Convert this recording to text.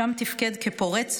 ושם תפקד כפורץ,